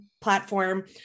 platform